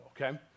Okay